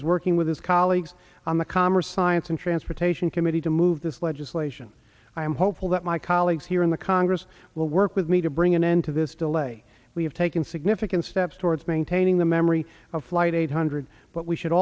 and is working with his colleagues on the commerce science and transportation committee to move this legislation i am hopeful that my colleagues here in the congress will work with me to bring an end to this delay we have taken significant steps towards maintaining the memory of flight eight hundred but we should